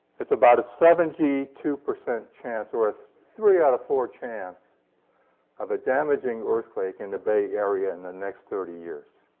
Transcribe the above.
it's about a seventy two percent chance, or a three out of four chance of a damaging earthquake in the bay area in the next thirty years.